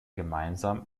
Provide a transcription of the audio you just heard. gemeinsam